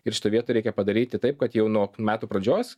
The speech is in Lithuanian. ir šitoj vietoj reikia padaryti taip kad jau nuo metų pradžios